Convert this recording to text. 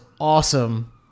awesome